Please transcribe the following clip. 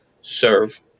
serve